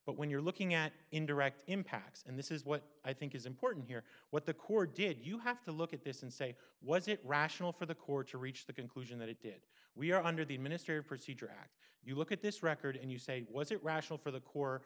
but when you're looking at indirect impacts and this is what i think is important here what the court did you have to look at this and say was it rational for the court to reach the conclusion that it did we are under the ministry of procedure act you look at this record and you say was it rational for the cor